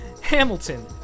Hamilton